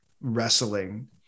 wrestling